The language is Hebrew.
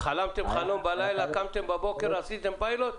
חלמתם חלום בלילה, קמתם בבוקר ועשיתם פיילוט?